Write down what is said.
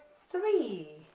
three